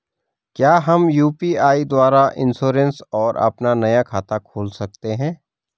क्या हम यु.पी.आई द्वारा इन्श्योरेंस और अपना नया खाता खोल सकते हैं?